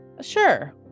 sure